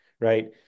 right